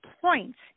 points